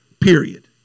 period